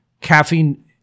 caffeine